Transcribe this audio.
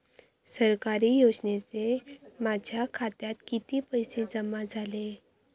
सरकारी योजनेचे माझ्या खात्यात किती पैसे जमा झाले?